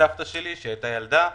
מסבתא שלי שאז הייתה ילדה.